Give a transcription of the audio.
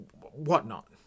whatnot